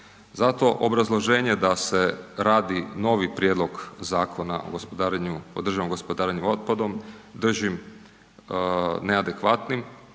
Zato obrazloženje da se radi novi Prijedlog Zakona o održivom gospodarenju otpadom držim neadekvatnim